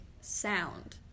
sound